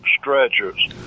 stretchers